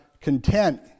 content